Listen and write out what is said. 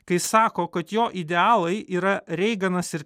kai sako kad jo idealai yra reiganas ir